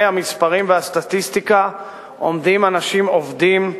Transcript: המספרים והסטטיסטיקה עומדים אנשים עובדים,